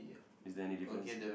is there any difference